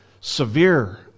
severe